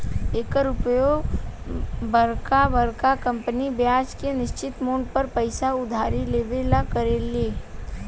एकर उपयोग बरका बरका कंपनी ब्याज के निश्चित मूल पर पइसा उधारी लेवे ला करेले